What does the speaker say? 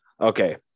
Okay